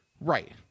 Right